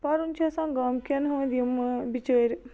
پَرُن چھُ آسان گامہٕ کٮ۪ن ہُنٛد یِم بِچٲر